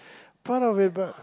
part of it but